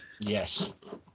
yes